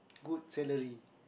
good salary